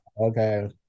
Okay